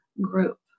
group